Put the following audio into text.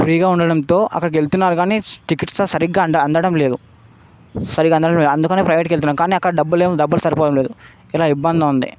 ఫ్రీగా ఉండడంతో అక్కడికి వెళ్తున్నారు కానీ చికిత్స సరిగ్గా అంద అందడం లేదు సరిగ్గా అందడం లేదు అందుకనే ప్రైవేట్కి వెళ్తున్నాం కానీ అక్కడ డబ్బులు ఏమో డబ్బులు సరిపోవడం లేదు ఇలా ఇబ్బందిగా ఉంది